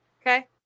Okay